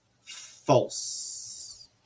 false